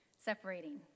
separating